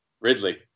Ridley